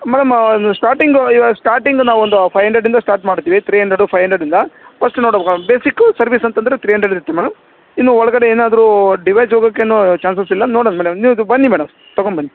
ma'am ಅದು starting starting ನಾವೊಂದು five ಹಂಡ್ರೆಡ್ಡಿಂದ ಸ್ಟಾರ್ಟ್ ಮಾಡ್ತಿವಿ ತ್ರಿ ಹಂಡ್ರೆಡ್ ಫೈವ್ ಹಂಡ್ರೆಡ್ಡಿಂದ ಫಸ್ಟ್ ನೋಡ್ಬೇಕು ಬೇಸಿಕ್ ಸರ್ವಿಸ್ ಅಂತಂದರೆ ತ್ರಿ ಹಂಡ್ರೆಡ್ ಇರತ್ತೆ ಮೇಡಮ್ ಇನ್ನು ಒಳಗಡೆ ಏನಾದರು ಡಿವೈಸ್ ಹೋಗೋಕೇನು ಚಾನ್ಸಸ್ ಇಲ್ಲ ನೋಡಣ ಬನ್ನಿ ನೀವು ಈಗ ಬನ್ನಿ ಮೇಡಮ್ ತಗೊಂಡು ಬನ್ನಿ